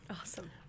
Awesome